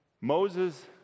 Moses